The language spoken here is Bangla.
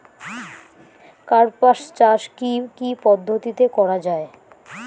কার্পাস চাষ কী কী পদ্ধতিতে করা য়ায়?